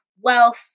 wealth